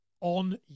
on